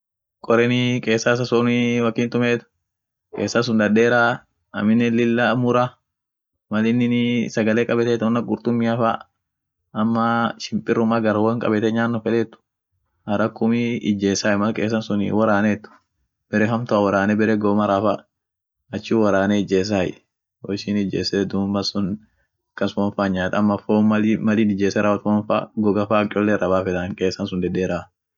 Qorenii kesan issa sunii ak ininii tu, iet kesan sun dadeera aminen lillah murra mal ininiin sagale kabeteet won ak